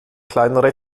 kleinere